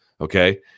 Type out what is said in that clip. okay